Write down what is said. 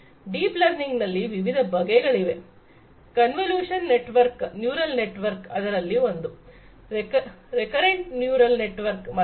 deep learning ನಲ್ಲಿ ವಿಧ ಬಗೆಗಳಿವೆ ಕನ್ವೊಲ್ಯೂಷನಲ್ ನ್ಯೂರಲ್ ನೆಟ್ವರ್ಕ್ ಅದರಲ್ಲಿ ಒಂದು ರಿಕರೆಂಟ್ ನ್ಯೂರಲ್ ನೆಟ್ವರ್ಕ್ ಮತ್ತೊಂದು